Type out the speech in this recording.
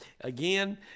again